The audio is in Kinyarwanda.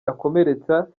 ikomeretsa